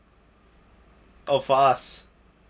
oh fast